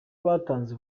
batanze